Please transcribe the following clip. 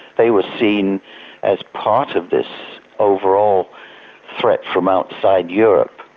they were seen as part of this overall threat from outside europe.